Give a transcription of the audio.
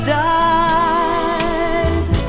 died